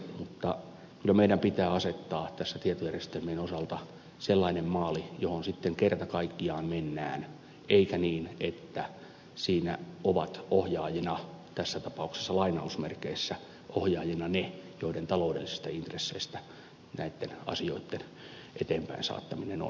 kyllä meidän pitää asettaa tässä tietojärjestelmien osalta sellainen maali johon kerta kaikkiaan mennään eikä niin että siinä ovat ohjaajina ne tässä tapauksessa lainausmerkeissä ohjaajina joiden taloudellisissa intresseissä näitten asioitten eteenpäinsaattaminen on